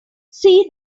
see